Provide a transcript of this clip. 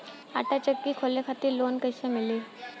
आटा चक्की खोले खातिर लोन कैसे मिली?